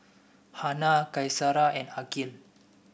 Hana Qaisara and Aqil